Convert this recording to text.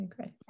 Okay